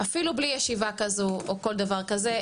אפילו בלי ישיבה כזו או כל דבר כזה,